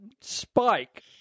spike